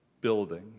building